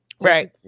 Right